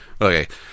okay